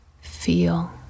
feel